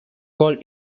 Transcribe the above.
called